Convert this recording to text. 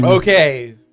Okay